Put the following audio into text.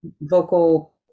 vocal